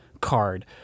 card